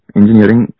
engineering